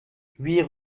huit